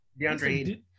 DeAndre